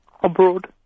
Abroad